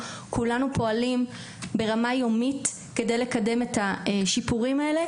כולנו פועלים ברמה יומית כדי לקדם את השיפורים האלה,